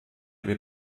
wird